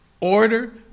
Order